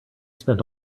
spent